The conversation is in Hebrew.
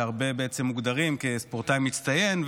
שהרבה שם בעצם מוגדרים כספורטאים מצטיינים,